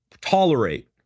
tolerate